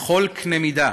בכל קנה מידה,